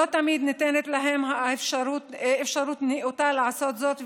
לא תמיד ניתנת להם אפשרות נאותה לעשות זאת.